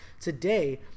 today